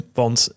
want